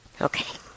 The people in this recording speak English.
Okay